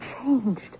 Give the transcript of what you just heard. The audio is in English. changed